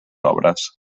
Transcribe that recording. obres